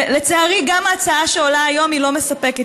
לצערי גם ההצעה שעולה היום היא לא מספקת.